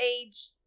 age